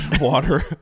water